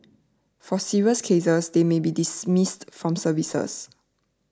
for serious cases they may be dismissed from services